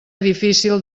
difícil